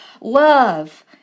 Love